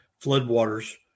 floodwaters